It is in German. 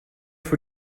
für